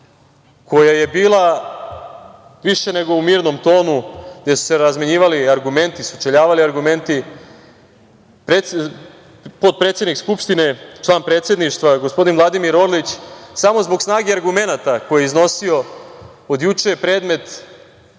koja je bila više nego u mirnom tonu, gde su se razmenjivali argumenti, sučeljavali argumenti, potpredsednik skupštine, član predsedništva gospodin Vladimir Orlić, samo zbog snage argumenata koji je iznosio od juče je predmet